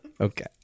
Okay